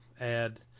add